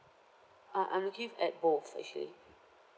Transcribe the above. uh I'm looking at both actually